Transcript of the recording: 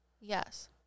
Yes